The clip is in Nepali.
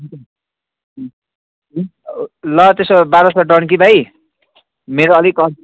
ल त्यसो भए बाह्र सौ डन कि भाइ मेरो अलिक